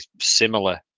similar